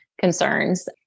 concerns